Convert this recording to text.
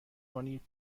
کنید